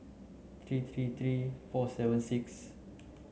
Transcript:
three three three four seven six